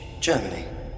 Germany